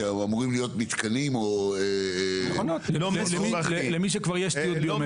שאמורים להיות מתקנים או מכונות למי שכבר יש תיעוד ביומטרי.